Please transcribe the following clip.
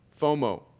FOMO